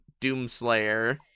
doomslayer